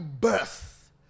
birth